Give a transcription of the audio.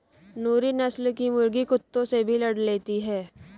नूरी नस्ल की मुर्गी कुत्तों से भी लड़ लेती है